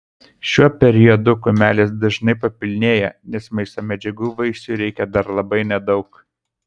šiuo periodu kumelės dažnai papilnėja nes maisto medžiagų vaisiui reikia dar labai nedaug